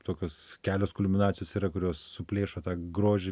tokios kelios kulminacijos yra kurios suplėšo tą grožį